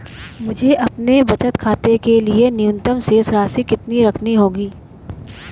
मुझे अपने बचत खाते के लिए न्यूनतम शेष राशि कितनी रखनी होगी?